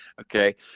okay